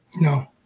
No